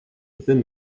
within